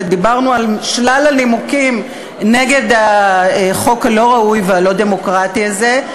ודיברנו על שלל הנימוקים נגד החוק הלא-ראוי והלא-דמוקרטי הזה,